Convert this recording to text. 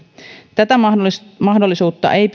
tätä mahdollisuutta ei